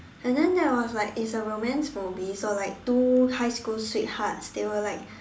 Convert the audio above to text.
and then there was like it's a romance movie so like two high school sweethearts they were like